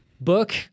book